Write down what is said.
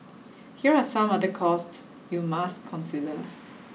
here are some other costs you must consider